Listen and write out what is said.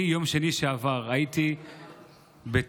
ביום שני שעבר הייתי בשיבא,